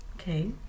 Okay